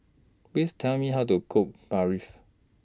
Please Tell Me How to Cook Barfi